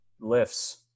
lifts